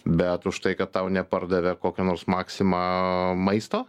bet už tai kad tau nepardavė kokio nors maxima maisto